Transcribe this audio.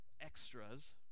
extras